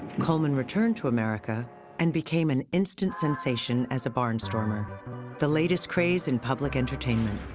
coleman returned to america and became an instant sensation as a barnstormer the latest craze in public entertainment.